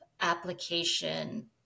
application